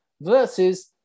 versus